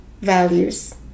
values